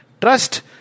Trust